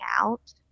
out